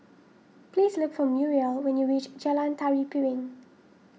please look for Muriel when you reach Jalan Tari Piring